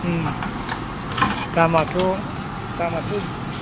दामाथ' दामाथ'